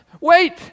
wait